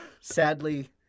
sadly